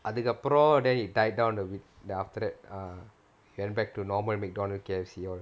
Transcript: அதுக்கு அப்புறம்:athuku appuram then it died down a bit then after that err we went back to normal McDonald's's K_F_C all